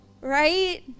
Right